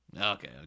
Okay